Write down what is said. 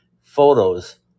photos